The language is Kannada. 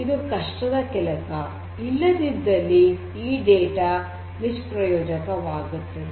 ಇದು ಕಷ್ಟದ ಕೆಲಸ ಇಲ್ಲದಿದ್ದಲ್ಲಿ ಈ ಡೇಟಾ ನಿಷ್ಪ್ರಯೋಜಕವಾಗುತ್ತದೆ